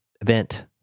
event